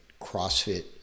CrossFit